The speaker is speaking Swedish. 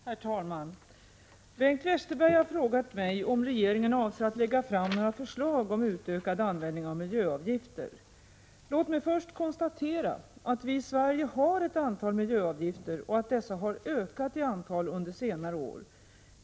Herr talman! Bengt Westerberg har frågat mig om regeringen avser att lägga fram några förslag om utökad användning av miljöavgifter. Låt mig först konstatera att vi i Sverige har ett antal miljöavgifter och att dessa har ökat i antal under senare år.